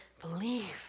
believe